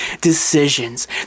decisions